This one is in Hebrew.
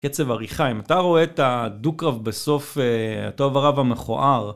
קצב עריכה אם אתה רואה את הדו-קרב בסוף הטוב הרב המכוער